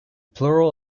plural